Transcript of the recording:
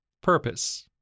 purpose